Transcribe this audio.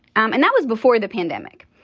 um and that was before the pandemic.